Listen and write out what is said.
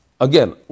Again